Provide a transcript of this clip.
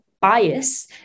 bias